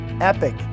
epic